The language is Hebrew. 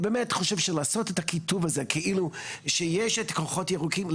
באמת שלעשות את הקיטוב הזה כאילו שיש את כוחות הירוקים מנגד?